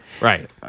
Right